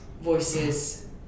voices